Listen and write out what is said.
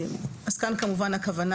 כאן כמובן הכוונה